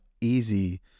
easy